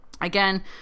Again